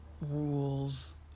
rules